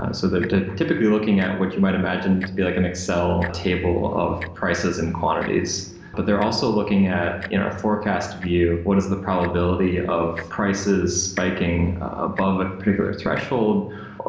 um so typically looking at what you might imagine to be like an excel table of prices and quantities, but they're also looking at forecast view. what is the probability of prices spiking above a particular threshold,